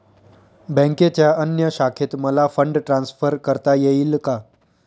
बँकेच्या अन्य शाखेत मला फंड ट्रान्सफर करता येईल का?